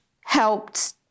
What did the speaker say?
helped